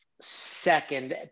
second